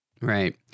Right